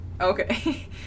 Okay